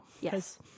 yes